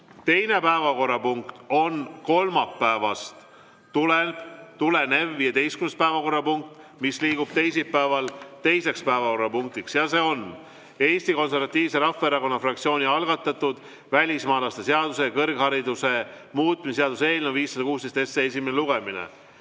Teine päevakorrapunkt on kolmapäevast tulev 15. päevakorrapunkt, mis liigub teisipäeval teiseks päevakorrapunktiks. Ja see on Eesti Konservatiivse Rahvaerakonna fraktsiooni algatatud välismaalaste seaduse ja kõrghariduse muutmise seaduse eelnõu 516 esimene lugemine.